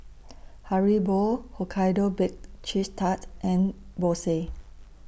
Haribo Hokkaido Baked Cheese Tart and Bose